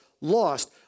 lost